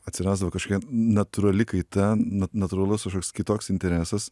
atsirasdavo kažkokia natūrali kaita na natūralus kažkoks kitoks interesas